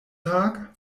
tag